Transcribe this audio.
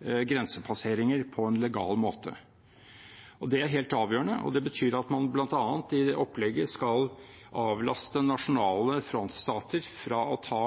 grensepasseringer på en legal måte. Det er helt avgjørende, og det betyr bl.a. at man i det opplegget skal avlaste nasjonale frontstater fra å ta